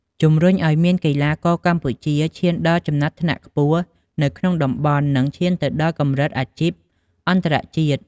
ជំរុញឱ្យមានកីឡាករកម្ពុជា ឈានដល់ចំណាត់ថ្នាក់ខ្ពស់នៅក្នុងតំបន់ និងឈានទៅដល់កម្រិតអាជីពអន្តរជាតិ។